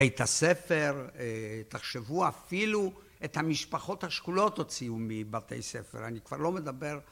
בית הספר, תחשבו, אפילו את המשפחות השכולות הוציאו מבתי ספר, אני כבר לא מדבר